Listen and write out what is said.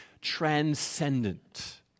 transcendent